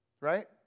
right